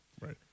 Right